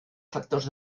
factors